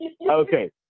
Okay